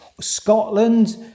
Scotland